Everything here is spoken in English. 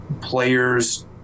Players